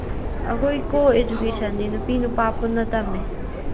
ꯑꯩꯈꯣꯏ ꯀꯣ ꯑꯦꯖꯨꯀꯦꯁꯟꯅꯦ ꯅꯨꯄꯤ ꯅꯨꯄꯥ ꯄꯨꯟꯅ ꯇꯝꯃꯦ